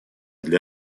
для